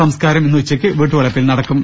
സംസ്കാരം ഇന്ന് ഉച്ചയ്ക്ക് വീട്ടുവളപ്പിൽ നട ക്കും